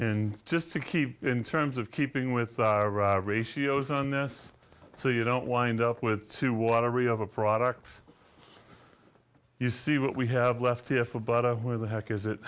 and just to keep in terms of keeping with ratios on this so you don't wind up with two watery of a product you see what we have left here for but of where the heck is it